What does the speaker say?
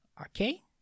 okay